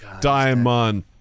Diamond